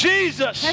Jesus